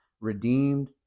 redeemed